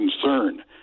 concern